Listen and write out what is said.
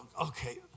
okay